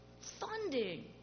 funding